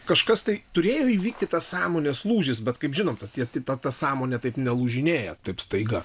kažkas tai turėjo įvykti tas sąmonės lūžis bet kaip žinom tie ta ta sąmonė taip nelūžinėja taip staiga